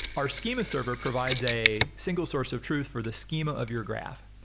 our schema server provides a single source of truth for the schema of your graph.